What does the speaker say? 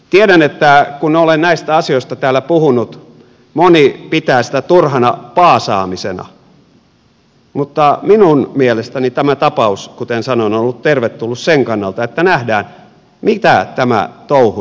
tiedän että kun olen näistä asioista täällä puhunut moni pitää sitä turhana paasaamisena mutta minun mielestäni tämä tapaus kuten sanoin on ollut tervetullut sen kannalta että nähdään mitä tämä touhu nykyään on